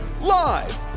Live